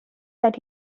that